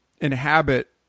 inhabit